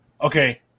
Okay